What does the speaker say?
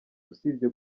usibye